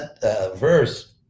verse